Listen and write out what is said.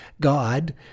God